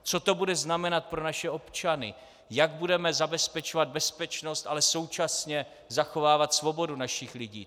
Co to bude znamenat pro naše občany, jak budeme zabezpečovat bezpečnost, ale současně zachovávat svobodu našich lidí.